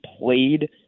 played